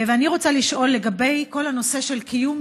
ואני רוצה לשאול לגבי כל הנושא של קיום